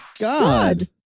God